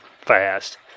fast